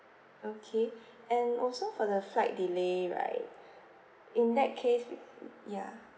okay and also for the flight delay right in that case uh uh ya